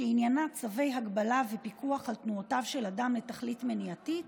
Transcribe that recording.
שעניינה צווי הגבלה ופיקוח על תנועותיו של אדם לתכלית מניעתית,